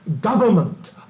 government